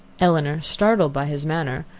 elinor, startled by his manner,